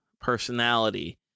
personality